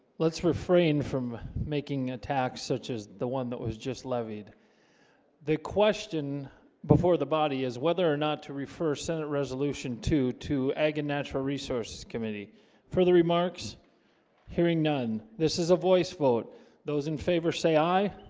let's refrain from making attacks such as the one that was just levied the question before the body is whether or not to refer senate resolution two to egg and natural resources committee for the remarks hearing none. this is a voice vote those in favor say aye